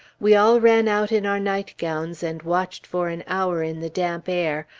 we all ran out in our nightgowns, and watched for an hour in the damp air,